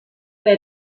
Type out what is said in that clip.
bei